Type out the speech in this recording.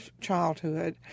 childhood